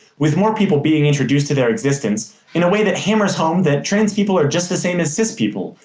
with more people being introduced to their existence in a way that hammers home that trans people are just the same as cis people,